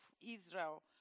Israel